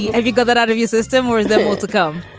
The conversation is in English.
yeah have you got that out of your system or is there more to come?